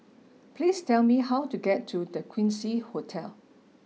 please tell me how to get to The Quincy Hotel